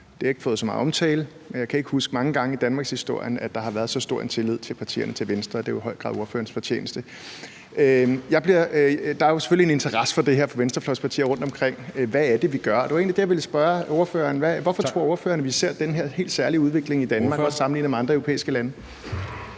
Det har ikke fået så meget omtale, men jeg kan ikke huske mange gange i danmarkshistorien, hvor der har været så stor en tillid til partierne til venstre, og det er jo i høj grad ordførerens fortjeneste. Der er selvfølgelig en interesse for det her fra venstrefløjspartier rundtomkring. Hvad er det, vi gør? Det var egentlig det, jeg ville spørge ordføreren om. Hvorfor tror ordføreren at vi ser den her helt særlige udvikling i Danmark sammenlignet med andre europæiske lande?